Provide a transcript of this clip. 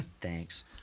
Thanks